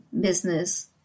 business